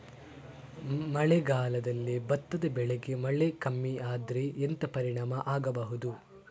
ಮಳೆಗಾಲದಲ್ಲಿ ಭತ್ತದ ಬೆಳೆಗೆ ಮಳೆ ಕಮ್ಮಿ ಆದ್ರೆ ಎಂತ ಪರಿಣಾಮ ಆಗಬಹುದು?